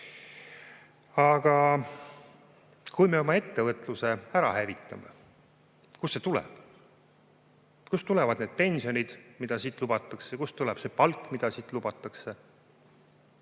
Aga kui me oma ettevõtluse ära hävitame, siis kust see kõik tuleb? Kust tulevad need pensionid, mida siit lubatakse? Kust tuleb see palk, mida siit lubatakse?